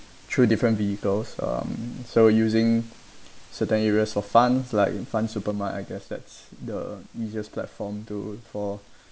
through different vehicles um so using certain areas of funds like in fundsupermart I guess that's the easiest platform to for